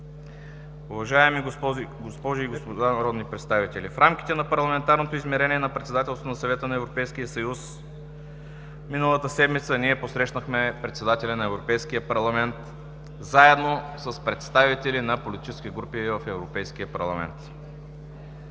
Уважаеми госпожи и господа народни представители! В рамките на парламентарното измерение на председателството на Съвета на Европейския съюз миналата седмица ние посрещнахме председателя на Европейския парламент заедно с представители на политически групи в Европейския парламент.